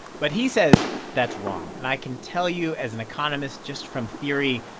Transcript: but he says that's wrong. and i can tell you, as an economist, just from theory,